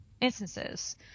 instances